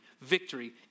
victory